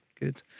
good